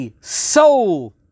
soul